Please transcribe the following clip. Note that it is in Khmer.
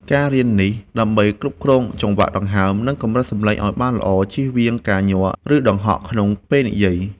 ការរៀននេះ ដើម្បីគ្រប់គ្រងចង្វាក់ដង្ហើម និងកម្រិតសំឡេងឱ្យបានល្អ ជៀសវាងការញ័រ ឬដង្ហក់ក្នុងពេលនិយាយ។